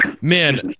Man